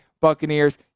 Buccaneers